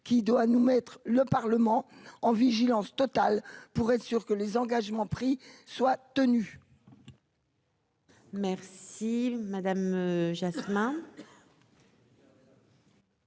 qui doit nous mettre le Parlement en vigilance totale pour être sûr que les engagements pris soient tenus. Merci madame Jasmin.